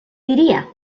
diria